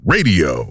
Radio